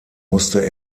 musste